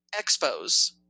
expos